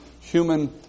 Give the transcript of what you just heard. human